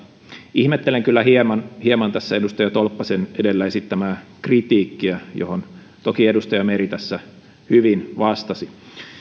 ihmettelen kyllä hieman hieman tässä edustaja tolppasen edellä esittämää kritiikkiä johon toki edustaja meri tässä hyvin vastasi